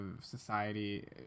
society